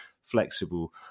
flexible